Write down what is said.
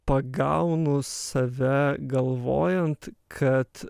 pagaunu save galvojant kad